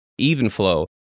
Evenflow